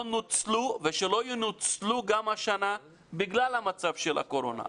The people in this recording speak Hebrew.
נוצלו ושלא ינוצלו גם השנה בגלל המצב של הקורונה.